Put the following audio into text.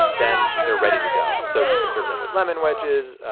then they're ready to go. so you can serve them with lemon wedges,